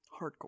Hardcore